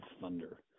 Thunder